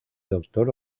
doctor